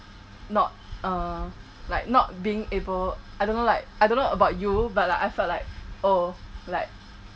not uh like not being able I don't know like I don't know about you but like I felt like oh like